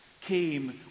came